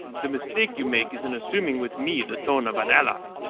the mistake you make is in assuming with me the tone of an ally,